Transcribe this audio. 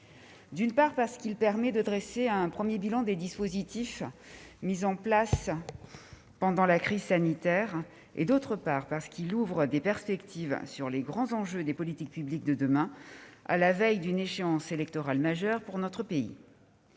D'une part, il permet de dresser un premier bilan des dispositifs mis en place pendant la crise sanitaire. D'autre part, il ouvre des perspectives sur les grands enjeux des politiques publiques de demain, à la veille d'une échéance électorale majeure pour notre pays.